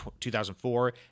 2004